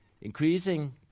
increasing